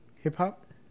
Hip-hop